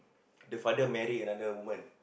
the father marry another woman